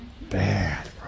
bad